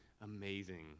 amazing